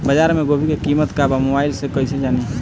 बाजार में गोभी के कीमत का बा मोबाइल से कइसे जानी?